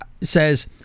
says